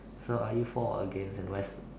so are you for or against and where's